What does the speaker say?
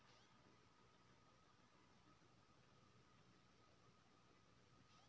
Microfinance bank के काज बताबू आ एकर फाइनेंस पर ब्याज के दर की इ?